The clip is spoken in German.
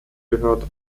gehörte